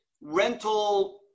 rental